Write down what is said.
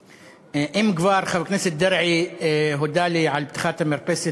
אם כבר חבר הכנסת דרעי הודה לי על פתיחת המרפסת,